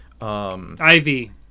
Ivy